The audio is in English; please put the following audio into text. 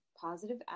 positive